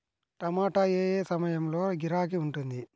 టమాటా ఏ ఏ సమయంలో గిరాకీ ఉంటుంది?